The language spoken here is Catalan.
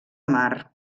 mar